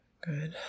good